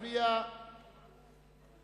פעם שארבעה יצביעו נגד 100,